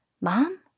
Mom